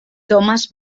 thomas